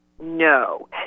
No